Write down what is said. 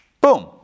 Boom